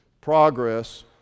Progress